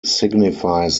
signifies